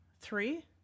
Three